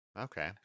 Okay